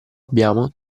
abbiamo